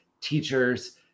teachers